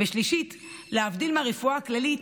שלישית, להבדיל מהרפואה הכללית,